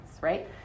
right